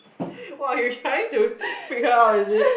you trying to figure out is it